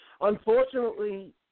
Unfortunately